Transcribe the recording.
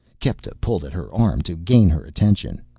kepta pulled at her arm to gain her attention.